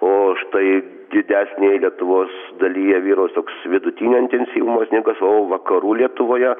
o štai didesnėj lietuvos dalyje vyraus toks vidutinio intensyvumo sniegas o vakarų lietuvoje